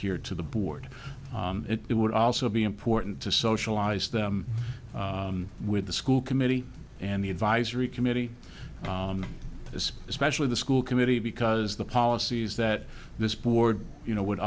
here to the board it would also be important to socialize them with the school committee and the advisory committee as especially the school committee because the policies that this board you know would